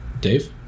Dave